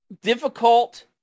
difficult